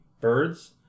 birds